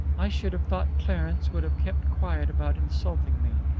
i should have thought clarence would have kept quiet about insulting me.